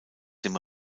dem